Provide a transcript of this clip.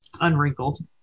unwrinkled